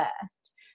first